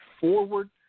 forward